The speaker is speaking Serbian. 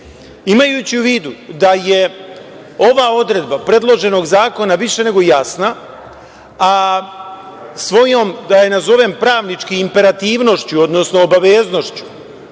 planova. Imajući u vidu da je ova odredba predloženog zakona više nego jasna, a svojom, da je tako nazovem, pravničkom imperativnošću, odnosno obaveznošpću